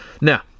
Now